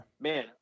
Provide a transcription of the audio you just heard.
man